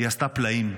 היא עשתה פלאים.